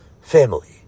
family